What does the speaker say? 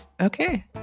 Okay